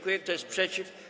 Kto jest przeciw?